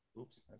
Oops